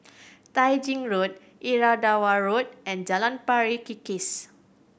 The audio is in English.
Tai Gin Road Irrawaddy Road and Jalan Pari Kikis